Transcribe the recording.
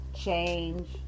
change